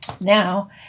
now